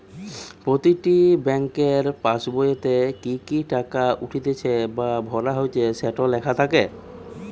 প্রতিটি বেংকের পাসবোইতে কি কি টাকা উঠতিছে বা ভরা হচ্ছে সেটো লেখা থাকে